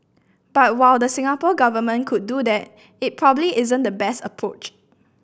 but while the Singapore Government could do that it probably isn't the best approach